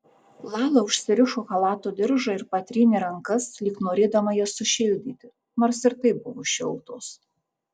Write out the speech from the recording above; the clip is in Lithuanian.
lala užsirišo chalato diržą ir patrynė rankas lyg norėdama jas sušildyti nors ir taip buvo šiltos